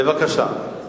בבקשה.